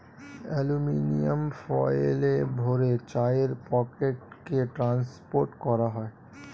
aluminium ফয়েলে ভরে চায়ের প্যাকেটকে ট্রান্সপোর্ট করা হয়